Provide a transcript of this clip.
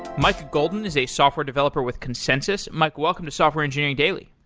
mike golden is a software developer with consensus. mike, welcome to software engineering daily.